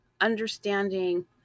understanding